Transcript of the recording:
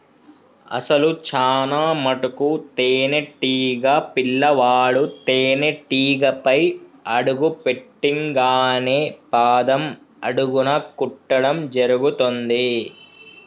అసలు చానా మటుకు తేనీటీగ పిల్లవాడు తేనేటీగపై అడుగు పెట్టింగానే పాదం అడుగున కుట్టడం జరుగుతుంది